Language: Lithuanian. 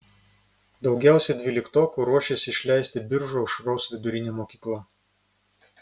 daugiausiai dvyliktokų ruošiasi išleisti biržų aušros vidurinė mokykla